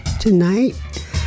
tonight